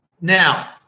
Now